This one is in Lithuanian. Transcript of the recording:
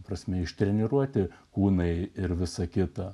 prasme ištreniruoti kūnai ir visa kita